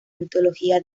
mitología